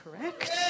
Correct